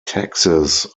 taxes